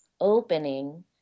opening